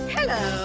Hello